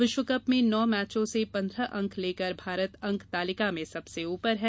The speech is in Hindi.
विश्वकप में नौ मैचों से पंद्रह अंक लेकर भारत अंक तालिका में सबसे ऊपर है